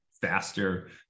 faster